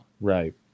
Right